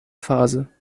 phase